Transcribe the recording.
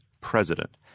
president